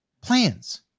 plans